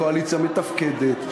קואליציה מתפקדת,